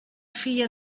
filla